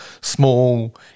small